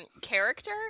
character